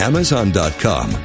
Amazon.com